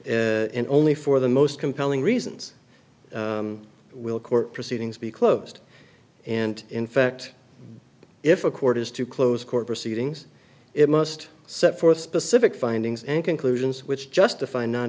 and only for the most compelling reasons will court proceedings be closed and in fact if a court is to close court proceedings it must set forth specific findings and conclusions which justify non